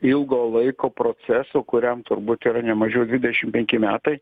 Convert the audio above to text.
ilgo laiko proceso kuriam turbūt yra nemažiau dvidešim penki metai